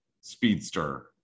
speedster